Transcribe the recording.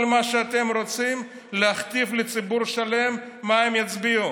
כל מה שאתם רוצים זה להכתיב לציבור שלם מה הוא יצביע,